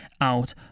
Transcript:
out